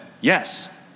yes